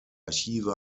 archive